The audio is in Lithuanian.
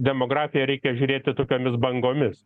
demografiją reikia žiūrėti tokiomis bangomis